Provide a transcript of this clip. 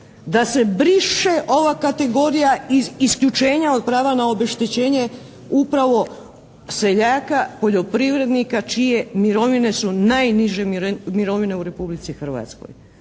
da se briše ova kategorija iz isključenja od prava na obeštećenje upravo seljaka poljoprivrednika čije mirovine su najniže mirovine u Republici Hrvatskoj.